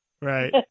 Right